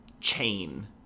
Chain